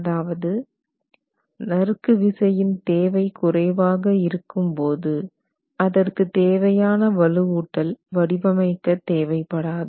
அதாவது நறுக்கு விசையின் தேவை குறைவாக இருக்கும்போது அதற்கு தேவையான வலுவூட்டல் வடிவமைக்க தேவை படாது